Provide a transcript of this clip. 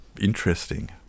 Interesting